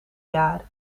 jaar